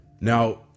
Now